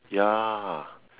ya